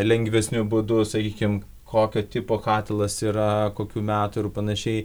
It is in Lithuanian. lengvesniu būdu sakykim kokio tipo katilas yra kokių metų ir panašiai